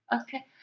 Okay